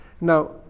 Now